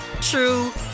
true